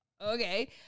okay